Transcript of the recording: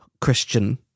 Christian